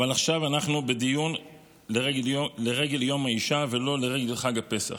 אבל עכשיו אנחנו בדיון לרגל יום האישה ולא לרגל חג הפסח,